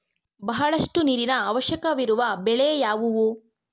ಬಹಳಷ್ಟು ನೀರಿನ ಅವಶ್ಯಕವಿರುವ ಬೆಳೆ ಯಾವುವು?